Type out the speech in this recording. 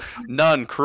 none